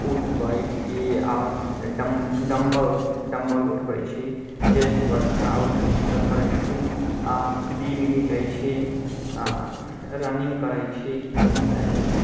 उठि बैठि ई आओर डम्ब डम्बल डम्बल उठबै छी चेस्ट वर्कआउट ईसब करै छी आओर बीम घिंचै छी आओर रनिङ्ग करै छी